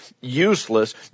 useless